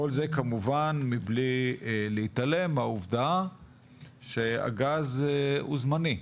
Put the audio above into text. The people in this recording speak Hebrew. כל זה כמובן מבלי להתעלם מהעובדה שהגז הוא זמני,